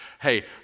hey